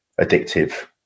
addictive